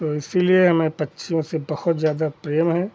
तो इसीलिए हमें पक्षियों से बहुत ज़्यादा प्रेम है